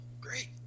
great